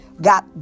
got